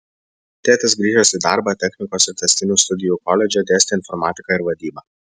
tėtis grįžęs į darbą technikos ir tęstinių studijų koledže dėstė informatiką ir vadybą